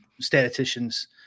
statisticians